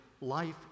life